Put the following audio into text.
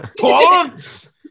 Tolerance